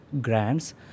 grants